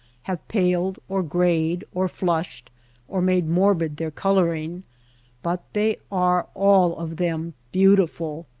have paled or grayed or flushed or made morbid their coloring but they are all of them beautiful.